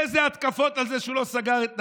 אילו התקפות על זה שהוא לא סגר את נתב"ג,